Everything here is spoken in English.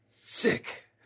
sick